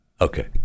Okay